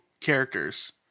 characters